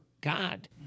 God